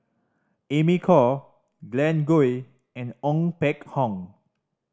Amy Khor Glen Goei and Ong Peng Hock